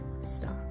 stop